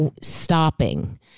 Stopping